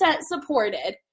supported